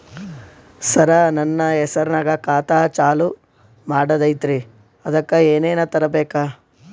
ಸರ, ನನ್ನ ಹೆಸರ್ನಾಗ ಖಾತಾ ಚಾಲು ಮಾಡದೈತ್ರೀ ಅದಕ ಏನನ ತರಬೇಕ?